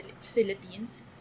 Philippines